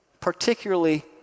Particularly